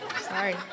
Sorry